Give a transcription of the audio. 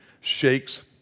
shakes